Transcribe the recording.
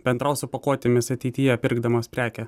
bendraus su pakuotėmis ateityje pirkdamas prekę